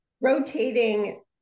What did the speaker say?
rotating